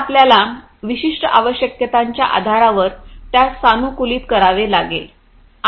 तर आपल्याला विशिष्ट आवश्यकतांच्या आधारावर त्यास सानुकूलित करावे लागेल